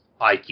IQ